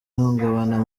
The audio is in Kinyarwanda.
ihungabana